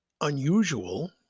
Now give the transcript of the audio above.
unusual